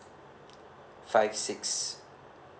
five six